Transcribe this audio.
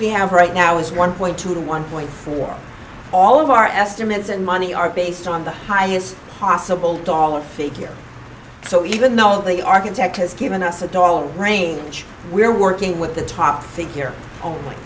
we have right now is one point two one point four all of our estimates and money are based on the highest possible dollar figure so even though the architect has given us a dollar range we're working with the top figure on